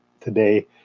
today